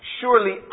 Surely